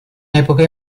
epoca